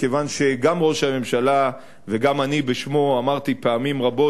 כיוון שגם ראש הממשלה וגם אני בשמו אמרתי פעמים רבות